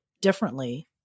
differently